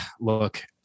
look